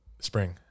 Spring